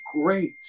great